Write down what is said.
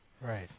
right